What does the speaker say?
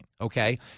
Okay